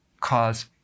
cause